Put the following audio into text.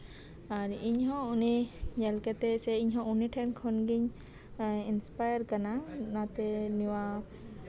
ᱟᱨ ᱤᱧᱦᱚᱸ ᱩᱱᱤ ᱧᱮᱞ ᱠᱟᱛᱮᱜ ᱥᱮ ᱩᱱᱤ ᱴᱷᱮᱱᱜᱮᱧ ᱤᱱᱥᱯᱟᱭᱟᱨ ᱠᱟᱱᱟ ᱚᱱᱟᱛᱮ ᱱᱚᱣᱟ